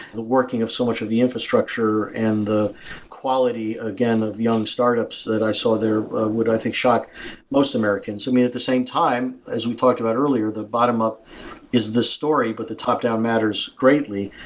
the working of so much of the infrastructure and the quality, again, of young startups that i saw there would, i think, shock most americans. and at the same time, as we talked about earlier, the bottom-up is the story, but the top-down matters greatly.